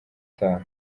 utaha